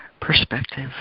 perspective